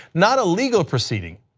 not legal proceeding.